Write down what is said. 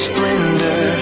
Splendor